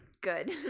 good